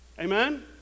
amen